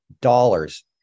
dollars